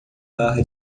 bar